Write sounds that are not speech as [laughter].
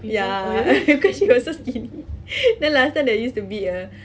ya [laughs] because she was so skinny [laughs] then last time there used to be a